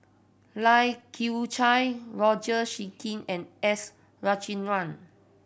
Lai Kew Chai Roger and S